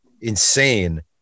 insane